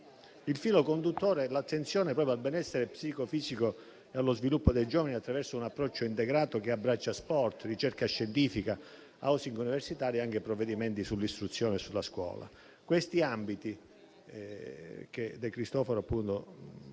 Il filo conduttore è l'attenzione al benessere psicofisico e allo sviluppo dei giovani attraverso un approccio integrato che abbraccia sport, ricerca scientifica *housing* universitario e anche provvedimenti sull'istruzione e sulla scuola. Questi ambiti, che il collega